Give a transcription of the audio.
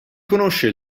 conosce